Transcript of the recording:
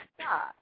stop